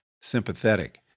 sympathetic